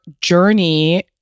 journey